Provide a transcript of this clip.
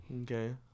Okay